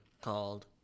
called